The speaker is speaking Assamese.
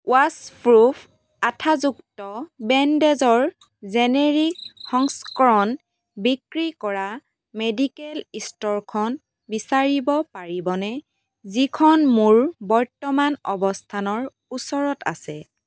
ৱাছপ্ৰুফ আঠাযুক্ত বেণ্ডেজৰ জেনেৰিক সংস্কৰণ বিক্ৰী কৰা মেডিকেল ষ্ট'ৰখন বিচাৰিব পাৰিবনে যিখন মোৰ বৰ্তমান অৱস্থানৰ ওচৰত আছে